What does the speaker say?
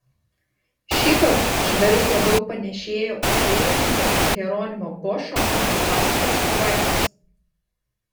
šįkart žvėris labiau panėšėjo į dailininko hieronimo boscho fantastines pabaisas